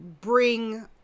bring